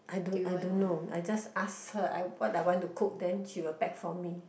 I don't I don't know I just ask her I what I want to cook then she will pack for me